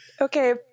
Okay